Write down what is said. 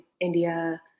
India